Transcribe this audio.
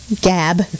gab